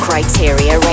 Criteria